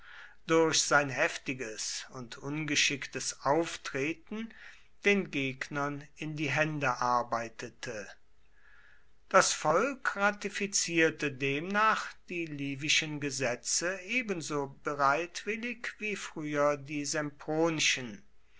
durch sein heftiges und ungeschicktes auftreten den gegnern in die hände arbeitete das volk ratifizierte demnach die livischen gesetze ebenso bereitwillig wie früher die sempronischen